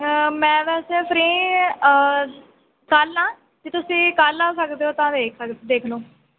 ਮੈਂ ਵੈਸੇ ਫਰੀ ਕੱਲ ਹਾਂ ਜੇ ਤੁਸੀਂ ਕੱਲ ਆ ਸਕਦੇ ਹੋ ਤਾਂ ਵੇਖ ਸਕ ਦੇਖ ਲਓ